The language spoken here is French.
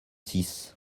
six